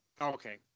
Okay